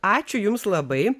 ačiū jums labai